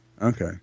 Okay